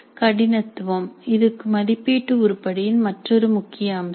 கடினத்துவம் இது மதிப்பீட்டு உருப்படியின் மற்றொரு முக்கிய அம்சம்